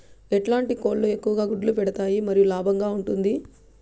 ఎట్లాంటి కోళ్ళు ఎక్కువగా గుడ్లు పెడతాయి మరియు లాభంగా ఉంటుంది?